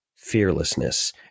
fearlessness